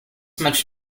much